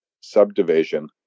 subdivision